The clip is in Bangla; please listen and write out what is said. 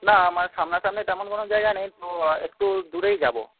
না আমার সামনাসামনি তেমন কোনও জায়গা নেই তো একটু দূরেই যাব